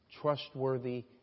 trustworthy